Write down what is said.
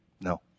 No